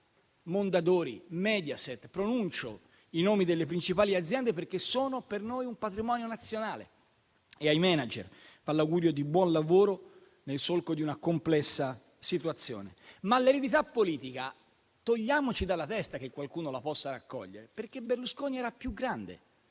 Mondadori, Mediaset. Pronuncio i nomi delle principali aziende perché sono per noi un patrimonio nazionale e ai *manager* va l'augurio di buon lavoro, nel solco di una complessa situazione. Tuttavia, togliamoci dalla testa che qualcuno possa raccogliere l'eredità politica, perché Berlusconi era più grande